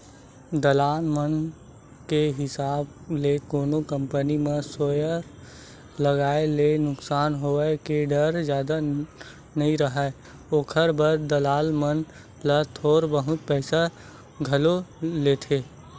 दलाल मन के हिसाब ले कोनो कंपनी म सेयर लगाए ले नुकसानी होय के डर जादा नइ राहय, ओखर बर दलाल मन ह थोर बहुत पइसा घलो लेथें